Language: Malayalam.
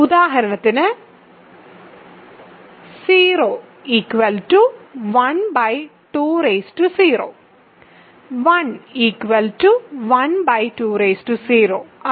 ഉദാഹരണത്തിന് 0 020 1 120ആണ്